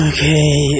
Okay